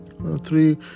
Three